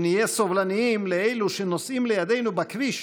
אם נהיה סובלניים לאלו שנוסעים לידנו בכביש,